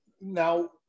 now